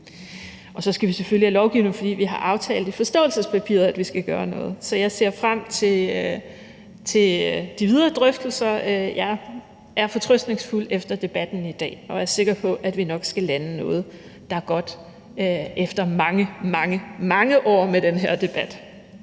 Så skal vi selvfølgelig have lovgivning, fordi vi har aftalt i forståelsespapiret, at vi skal gøre noget. Så jeg ser frem til de videre drøftelser. Jeg er fortrøstningsfuld efter debatten i dag, og jeg er sikker på, at vi nok skal lande noget, der er godt, efter mange, mange år med den her debat.